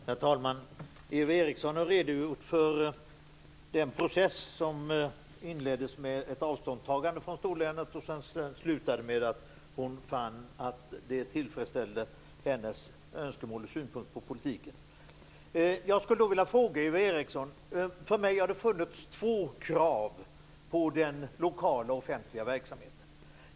Herr talman! Eva Eriksson har redogjort för den process som inleddes med ett avståndstagande från storlänet som sedan slutade med att hon fann att det tillfredsställde hennes önskemål och synpunkter på politiken. För mig har det funnits två krav på den lokala offentliga verksamheten.